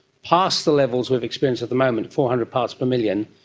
past the levels we've experienced at the moment, four hundred parts per million,